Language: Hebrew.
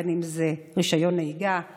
בין אם זה ברישיון נהיגה,